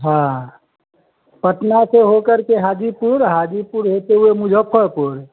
हाँ पटना से होकर के हाजीपुर हाजीपुर होते हुए मुज़फ़्फ़रपुर